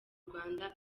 rwanda